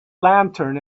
lantern